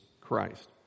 Christ